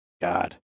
God